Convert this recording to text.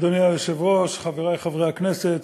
אדוני היושב-ראש, חברי חברי הכנסת,